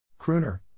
Crooner